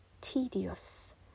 tedious